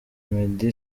meddy